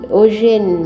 ocean